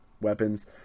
weapons